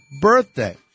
birthday